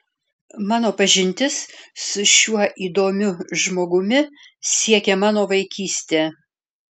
mano pažintis su šiuo įdomiu žmogumi siekia mano vaikystę